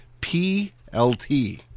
PLT